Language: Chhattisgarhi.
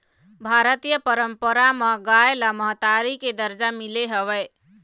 भारतीय पंरपरा म गाय ल महतारी के दरजा मिले हवय